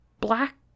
black